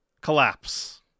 collapse